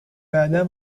بعدا